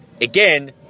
again